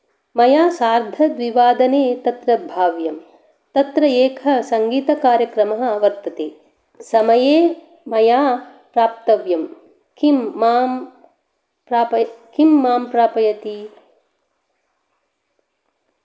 मया सार्धद्विवादने तत्र भाव्यम् तत्र एकः सङ्गीतकार्यक्रमः वर्तते समये मया प्राप्तव्यम् किं मां प्रापय किं मां प्रापयति